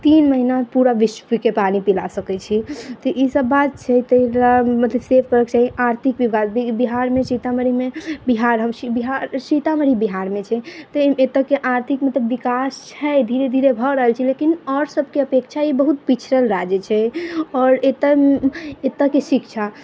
तीन महिना पूरा विश्वके पानि पिला सकै छी तऽ ई सब बात छै तैं दुआरे मतलब सेव करऽके चाही आर्थिक बात भी ई बिहारमे सीतामढ़ीमे बिहार अबै छै सीतामढ़ी बिहारमे छै तऽ एतऽके आर्थिक मतलब विकास छै धीरे धीरे भऽ रहल छै लेकिन आओर सबके अपेक्षा ई बहुत पिछड़ल राज्य छै आओर एतऽ एतऽके शिक्षा